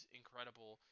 incredible